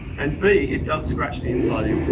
and b, it does scratch the inside of your pool.